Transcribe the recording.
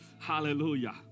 Hallelujah